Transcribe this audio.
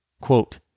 Quote